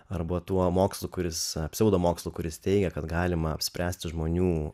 arba tuo mokslu kuris pseudomokslu kuris teigia kad galima apspręsti žmonių